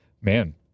Man